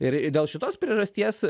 ir ir dėl šitos priežasties